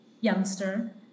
youngster